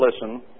listen